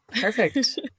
Perfect